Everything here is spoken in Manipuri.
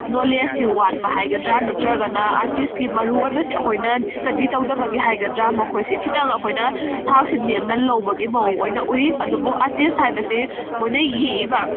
ꯅꯣꯂꯦꯖꯁꯤ ꯋꯥꯠꯄ ꯍꯥꯏꯒꯗ꯭ꯔꯥ ꯅꯠꯇ꯭ꯔꯒꯅ ꯑꯥꯔꯇꯤꯁꯀꯤ ꯃꯔꯨꯑꯣꯏꯕꯁꯤ ꯑꯈꯣꯏꯅ ꯁ꯭ꯇꯗꯤ ꯇꯧꯗꯕꯒꯤ ꯍꯥꯏꯒꯗ꯭ꯔꯥ ꯃꯈꯣꯏꯁꯤ ꯈꯤꯇꯪ ꯑꯩꯈꯣꯏꯅ ꯊꯥꯛꯁꯤ ꯅꯦꯝꯅ ꯂꯧꯕꯒꯤ ꯃꯑꯣꯡ ꯑꯣꯏꯅ ꯎꯏ ꯑꯗꯨꯕꯨ ꯑꯥꯔꯇꯤꯁ ꯍꯥꯏꯕꯁꯤ ꯃꯣꯏꯅ ꯌꯦꯛꯏꯕ